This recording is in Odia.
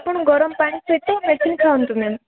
ଆପଣ ଗରମ ପାଣି ପେଟ ପେଟ ଖାନ୍ତୁନି